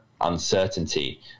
uncertainty